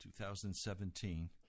2017